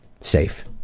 safe